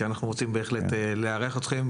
כי אנחנו רוצים בהחלט לארח אתכם.